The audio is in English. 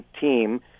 team